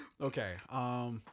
Okay